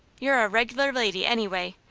you're a reg'lar lady, anyway.